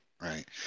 right